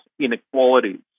inequalities